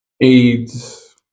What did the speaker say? AIDS